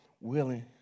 willing